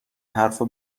حرفا